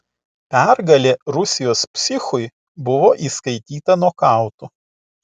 pergalė rusijos psichui buvo įskaityta nokautu